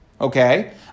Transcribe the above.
Okay